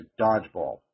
dodgeball